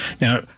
Now